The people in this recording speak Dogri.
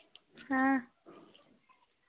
हां